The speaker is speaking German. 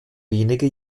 wenige